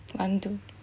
one two